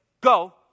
go